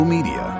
Media